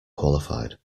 qualified